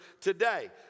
today